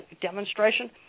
demonstration